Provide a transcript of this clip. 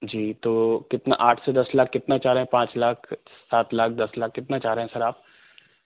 जी तो कितना आठ से दस लाख कितना चाह रहे हैं पाँच लाख सात लाख दस लाख कितना चाह रहे हैं सर आप